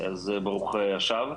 אז ברוך השב.